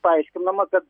paaiškinama kad